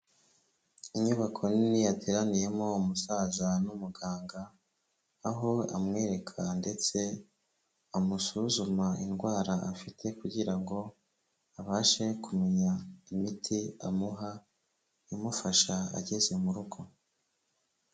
Inyubako nini yateraniyemo umusaza n'umuganga, aho amwereka ndetse amusuzuma indwara afite kugira ngo abashe kumenya imiti amuha imufasha ageze mu rugo.